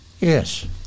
Yes